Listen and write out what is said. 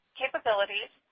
capabilities